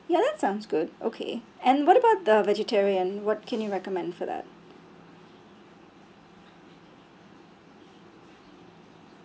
ya that sounds good okay and what about the vegetarian what can you recommend for that